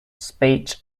speech